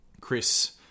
Chris